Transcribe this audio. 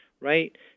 right